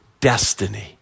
destiny